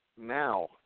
now